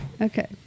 okay